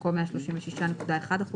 במקום "136.1%"